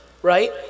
right